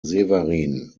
severin